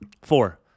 Four